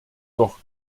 doch